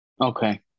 Okay